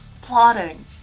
plotting